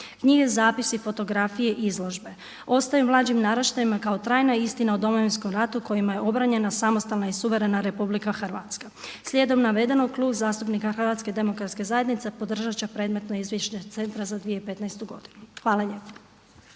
Knjige, zapisi, fotografije, izložbe ostaju mlađim naraštajima kao trajna istina o Domovinskom ratu kojima je obranjena samostalna i suverena Republika Hrvatska. Slijedom navedenog Klub zastupnika Hrvatske demokratske zajednice podržat će predmetno izvješće centra za 2015. godinu. Hvala lijepa.